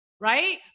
Right